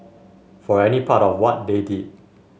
for any part of what they did